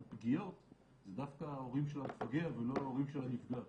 פגיעות זה דווקא ההורים של המפגע ולא ההורים של הנפגע.